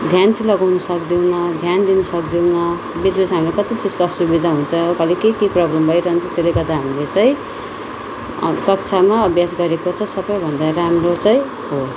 ध्यान चाहिँ लगाउन सक्दैनौँ ध्यान दिनु सक्दैनौँ ध्यान दिन सक्दैनौँ भित्र चाहिँ हामीलाई कति चिजको असुविधा हुन्छ कहिले के के प्रब्लम भइरहन्छ त्यसले गर्दा हामीले चाहिँ कक्षामा अभ्यास गरेको चाहिँ सबैभन्दा राम्रो चाहिँ हो